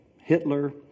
Hitler